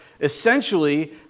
essentially